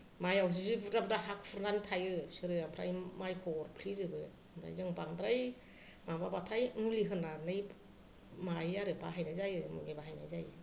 माइयाव जि गुद्रा गुद्रा हा खुरनानै थायो बिसोरो ओमफ्राय माइखौ अरफ्लेजोबो ओमफाय जों बांद्राय माबाबाथाय मुलि होनानै माबायो आरो बाहायनाय जायो मुलि बाहायनाय जायो